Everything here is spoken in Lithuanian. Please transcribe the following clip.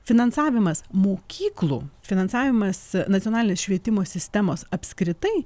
finansavimas mokyklų finansavimas nacionalinės švietimo sistemos apskritai